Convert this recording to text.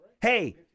hey